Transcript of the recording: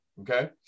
okay